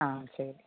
ஆ சரி